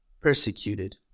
persecuted